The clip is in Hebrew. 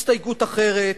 הסתייגות אחרת,